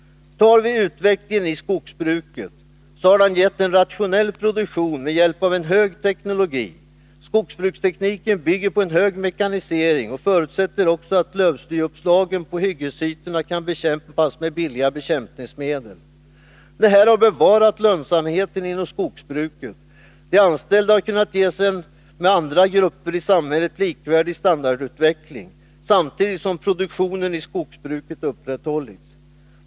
Ser vi på utvecklingen i skogsbruket, finner vi att den gett en rationell produktion med hjälp av en hög teknologi. Skogsbrukstekniken bygger på en hög mekanisering och förutsätter också att lövslyuppslagen på hyggesytorna kan bekämpas med billiga bekämpningsmedel. Detta har bevarat lönsamheten inom skogsbruket. De anställda har kunnat ges en med andra grupper i samhället likvärdig standardutveckling, samtidigt som produktionen i skogsbruket upprätthållits.